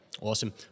awesome